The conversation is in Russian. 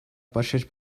поощрять